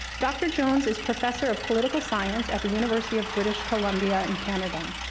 dr. jones is professor of political science at the university of british columbia in canada.